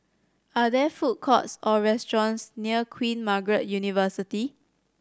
are there food courts or restaurants near Queen Margaret University